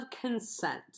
consent